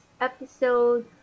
episode